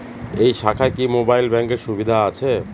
এই শাখায় কি মোবাইল ব্যাঙ্কের সুবিধা আছে?